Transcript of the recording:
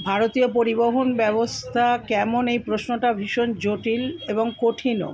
ভারতীয় পরিবহণ ব্যবস্থা কেমন এই প্রশ্নটা ভীষণ জটিল এবং কঠিনও